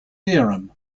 theorem